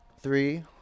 three